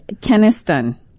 Keniston